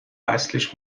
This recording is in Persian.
اصلش